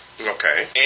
Okay